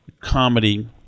comedy